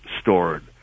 stored